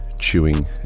chewing